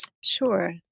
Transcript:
Sure